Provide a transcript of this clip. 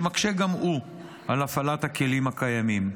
שמקשה אף הוא על הפעלת הכלים הקיימים.